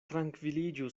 trankviliĝu